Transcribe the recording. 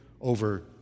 over